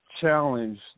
challenge